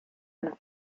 and